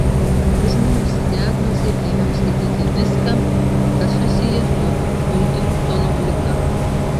sužinojusi diagnozę ėmiau skaityti viską kas susiję su huntingtono liga